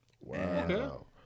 Wow